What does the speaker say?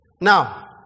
Now